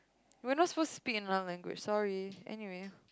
we are not suppose to speak in another language sorry anyway